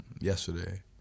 yesterday